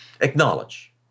Acknowledge